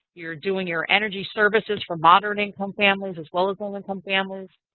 you're doing your energy services for moderate income families as well as low income families,